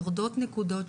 יורדות נקודות,